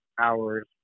hours